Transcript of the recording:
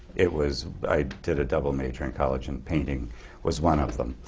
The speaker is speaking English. it was i did a double major in college and painting was one of them.